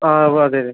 ആ ഓ അതെ അതെ